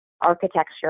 architecture